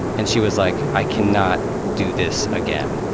and she was like, i cannot do this again.